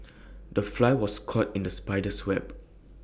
the fly was caught in the spider's web